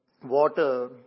Water